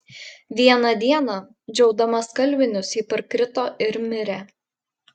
vieną dieną džiaudama skalbinius ji parkrito ir mirė